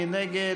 מי נגד?